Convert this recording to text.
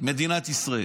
שלום מדינת ישראל.